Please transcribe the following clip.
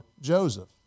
Joseph